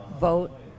vote